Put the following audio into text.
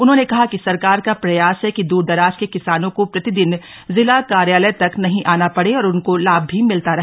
उन्होंने कहा कि सरकार का प्रयास है कि दूरदराज के किसानों को प्रतिदिन जिला कार्यालय तक नहीं आना पड़े और उनको लाभ भी मिलता रहे